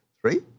Three